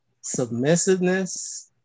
submissiveness